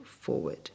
forward